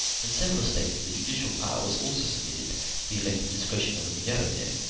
in several states the judicial power was also submitted to the elective discretion of the majority,